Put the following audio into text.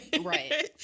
Right